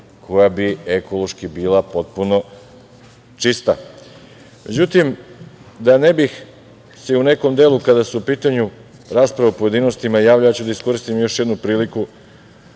koja bi ekološki bila potpuno čista.Međutim, da ne bih se u nekom delu, kada su u pitanju rasprave u pojedinostima, ja ću da iskoristim još jednu priliku.